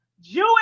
Jewish